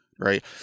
right